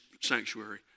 sanctuary